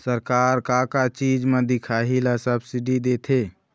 सरकार का का चीज म दिखाही ला सब्सिडी देथे?